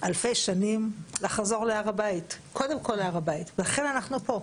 אלפי שנים לחזור להר הבית, לכן אנחנו פה.